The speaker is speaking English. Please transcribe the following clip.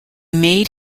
made